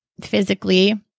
physically